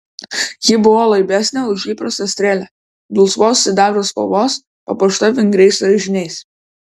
ji buvo laibesnė už įprastą strėlę dulsvos sidabro spalvos papuošta vingriais raižiniais